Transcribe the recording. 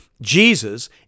Jesus